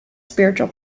spiritual